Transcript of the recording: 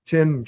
Tim